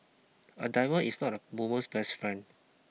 a diamond is not a woman's best friend